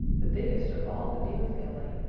the biggest of all the deer family.